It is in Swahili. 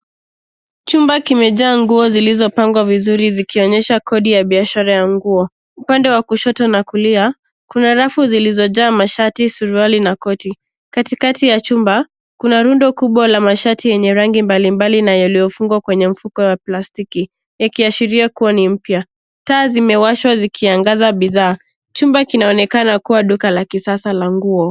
Chumba kimejaa nguo zilizopangwa vizuri zikionyesha kodi ya biashara ya nguo. Upande wa kushoto na kulia, kuna rafu zilizojaa mashati, suruali na koti. Katikati ya chumba, kuna rundo kubwa la mashati yenye rangi mbalimbali na yaliyofungwa kwenye mfuko wa plastiki, yakiashiria kuwa ni mpya. Taa zimewashwa zikiangaza bidhaa, chumba kinaonekana kuwa duka la kisasa la nguo.